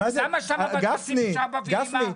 למה שם רושמים "אבא" ו"אימא"?